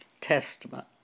Testament